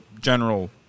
general